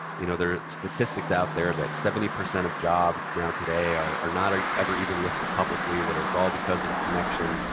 you know there are statistics out there that seventy percent of jobs now today are not ever even listed publicly. that it's all because of a connection.